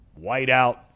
whiteout